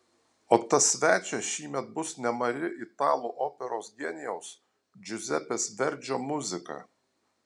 o tas svečias šįmet bus nemari italų operos genijaus džiuzepės verdžio muzika